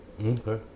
Okay